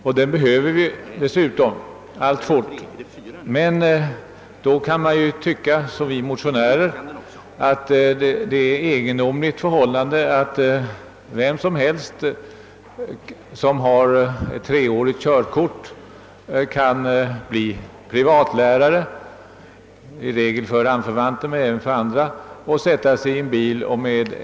Men mot bakgrund av att trafiksäkerhetskampanjer genomförs kan man — som vi motionärer — finna det egendomligt att vem som helst som haft körkort i tre år får bli privatbillärare. Eleverna är i regel anförvanter till körkortsinnehavaren, men det kan även vara andra.